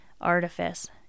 artifice